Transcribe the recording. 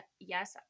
yes